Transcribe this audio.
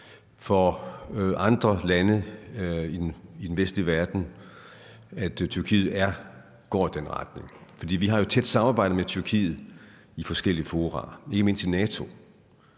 for andre lande i den vestlige verden, at Tyrkiet går i den retning, for vi har et tæt samarbejde med Tyrkiet i forskellige fora, ikke mindst i NATO.